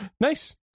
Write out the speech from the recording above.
Nice